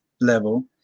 level